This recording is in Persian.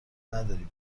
نداری